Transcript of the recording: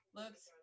looks